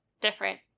different